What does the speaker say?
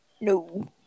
No